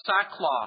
sackcloth